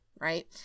right